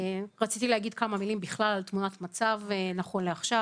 רציתי להגיד כמה מילים בכלל על תמונת המצב נכון לעכשיו,